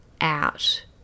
out